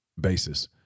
basis